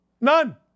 None